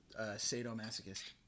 sadomasochist